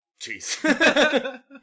Jeez